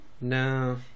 No